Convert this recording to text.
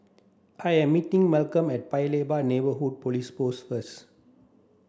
I am meeting Malcolm at Paya Lebar Neighbourhood Police Post first